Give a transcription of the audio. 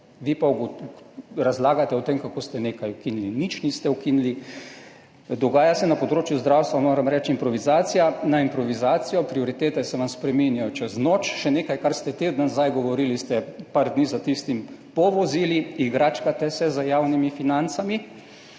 vi pa razlagate o tem, kako ste nekaj ukinili. Nič niste ukinili. Dogaja se na področju zdravstva, moram reči, improvizacija na improvizacijo, prioritete se vam spreminjajo čez noč. Še nekaj, kar ste teden nazaj govorili, ste nekaj dni za tistim povozili. Igračkate se z javnimi financami,